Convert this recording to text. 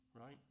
Right